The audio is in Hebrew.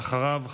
ואחריו,